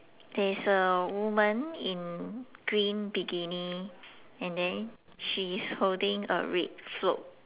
there is a woman in green bikini and then she is holding a red float